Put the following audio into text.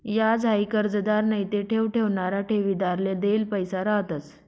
याज हाई कर्जदार नैते ठेव ठेवणारा ठेवीदारले देल पैसा रहातंस